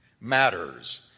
matters